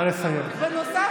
נא לסיים.